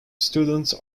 students